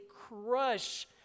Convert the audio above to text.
crush